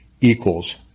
equals